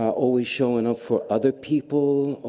always showing up for other people.